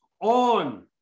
on